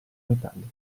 metallica